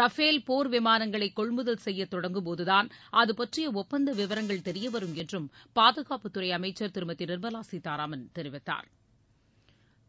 Rafale போர் விமானங்களை கொள்முதல் செய்ய தொடங்கும்போதுதாள் அதுபற்றிய ஒப்பந்த விவரங்கள் தெரியவரும் என்றும் பாதுகாப்புத்துறை அமைச்சர் திருமதி நிர்மலா சீதாராமன் தெரிவித்தார்